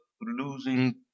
losing